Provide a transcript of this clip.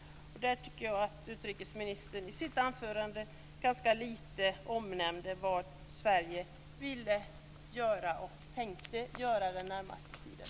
Där tycker jag att utrikesministern i sitt anförande ganska lite omnämnde vad Sverige ville och tänkte göra den närmaste tiden.